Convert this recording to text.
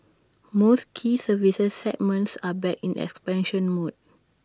most key services segments are back in expansion mode